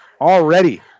already